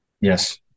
Yes